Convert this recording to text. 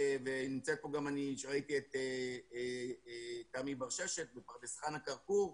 ראיתי שנמצאת פה תמי בר שש, מפרדס חנה-כרכור,